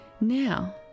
Now